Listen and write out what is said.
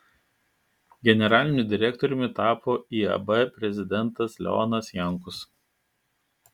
generaliniu direktoriumi tapo iab prezidentas leonas jankus